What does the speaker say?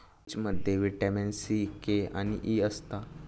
पीचमध्ये vitamin C, K आणि E असता